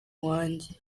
wanjye